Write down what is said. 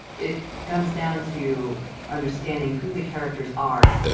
it comes down to understanding who the characters are,